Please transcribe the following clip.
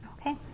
Okay